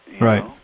Right